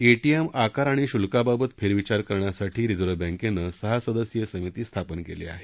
ATM आकार आणि शुल्काबाबत फेरविचार करण्यासाठी रिझर्व्ह बँकेनं सहा सदस्यीय समिती स्थापन केली आहे